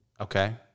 Okay